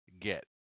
get